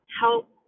help